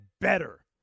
better